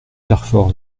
carfor